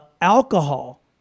alcohol